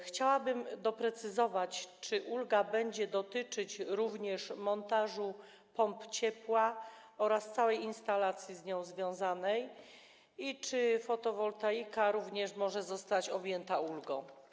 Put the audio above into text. Chciałabym prosić o doprecyzowanie, czy ulga będzie dotyczyć również montażu pomp ciepła oraz całej instalacji z tym związanej i czy fotowoltaika również może zostać objęta ulgą.